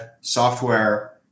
software